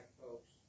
folks